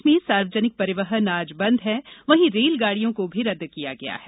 प्रदेश में सार्वजनिक परिवहन आज बंद है वहीं रेल गाडियों को भी रद्द किया गया है